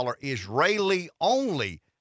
Israeli-only